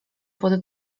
pod